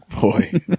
Boy